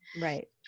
right